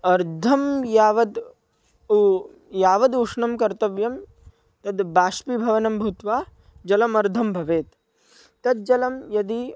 अर्धं यावद् ऊ यावद् उष्णं कर्तव्यं तद् बाष्पीभवनं भूत्वा जलमर्धं भवेत् तज्जलं यदि